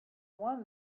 one